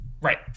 right